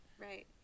Right